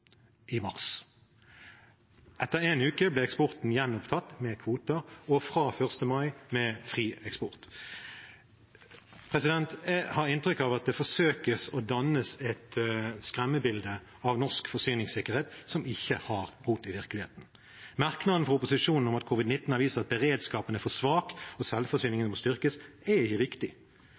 ble eksporten gjenopptatt med kvoter og fra 1.mai med fri eksport. Jeg har inntrykk av at man forsøker å danne et skremmebilde av norsk forsyningssikkerhet som ikke har rot i virkeligheten. Merknadene fra opposisjonen om at covid-19 har vist at beredskapen er for svak og at selvforsyningen må styrkes, er ikke riktig.